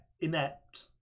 inept